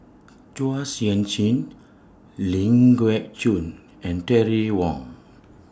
Chua Sian Chin Ling Geok Choon and Terry Wong